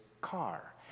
car